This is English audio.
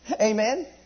Amen